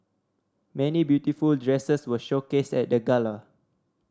many beautiful dresses were showcased at the gala